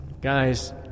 Guys